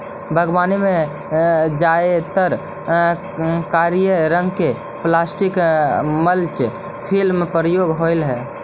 बागवानी में जादेतर करिया रंग के प्लास्टिक मल्च फिल्म प्रयोग होवऽ हई